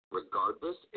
Regardless